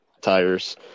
tires